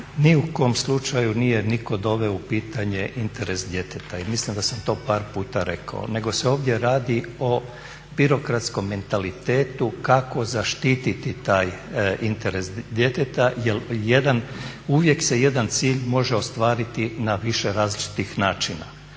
ni u kom slučaju nije nitko doveo u pitanje interes djeteta i mislim da sam to par puta rekao, nego se ovdje radi o birokratskom mentalitetu kako zaštititi taj interes djeteta jer uvijek se jedan cilj može ostvariti na više različitih načina.